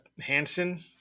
Hansen